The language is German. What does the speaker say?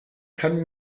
kann